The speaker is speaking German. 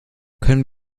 können